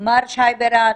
שי בירן